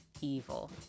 evil